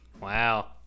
Wow